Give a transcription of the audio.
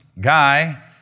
guy